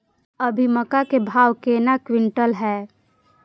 अभी मक्का के भाव केना क्विंटल हय?